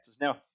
Now